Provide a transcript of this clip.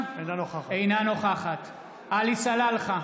אינה נוכחת עלי סלאלחה,